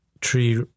tree